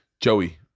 Joey